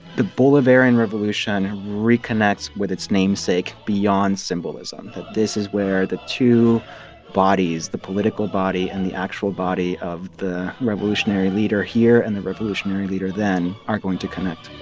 bolivarian revolution reconnects with its namesake beyond symbolism, that this is where the two bodies, the political body and the actual body of the revolutionary leader here and the revolutionary leader then, are going to connect